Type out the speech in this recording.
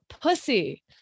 pussy